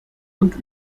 und